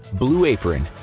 blue apron.